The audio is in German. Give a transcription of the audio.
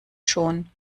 schon